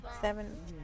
seven